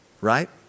Right